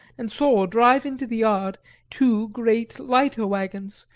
and saw drive into the yard two great leiter-wagons,